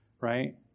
Right